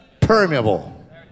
Permeable